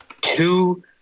Two